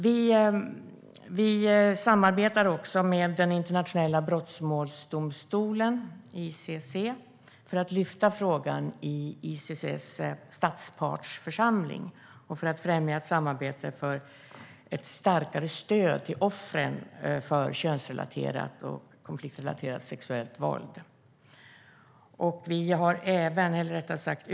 Vi samarbetar med Internationella brottmålsdomstolen ICC för att lyfta upp frågan i ICC:s statspartsförsamling och främja ett samarbete för starkare stöd till offren för köns och konfliktrelaterat sexuellt våld.